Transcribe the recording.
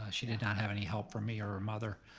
ah she did not have any help from me or her mother.